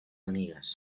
amigues